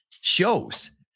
shows